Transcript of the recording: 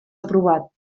aprovat